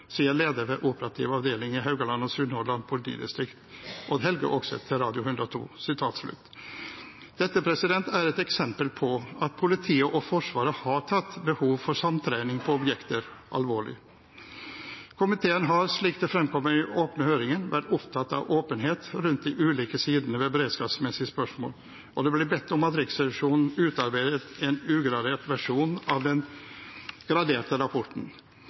hverandre, sier leder ved operativ utvikling i Haugaland og Sunnhordland, Odd Helge Åkset til Radio 102.» Dette er et eksempel på at politiet og Forsvaret har tatt behovet for samtrening på objekter på alvor. Komiteen har, slik det fremkommer i den åpne høringen, vært opptatt av åpenhet rundt de ulike sidene ved beredskapsmessige spørsmål, og det ble bedt om at Riksrevisjonen utarbeidet en ugradert versjon av den graderte rapporten.